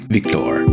Victor